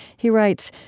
he writes,